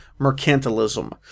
mercantilism